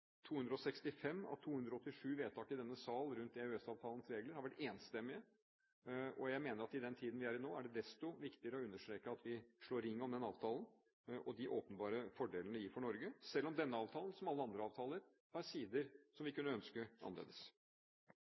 265 av 287 vedtak i denne sal om EØS-avtalens regler har vært enstemmige. Jeg mener at i den tiden vi nå har, er det desto viktigere å understreke at vi slår ring om avtalen og de åpenbare fordelene den gir for Norge, selv om denne avtalen – som alle andre avtaler – har sider vi kunne ønsket annerledes.